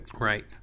Right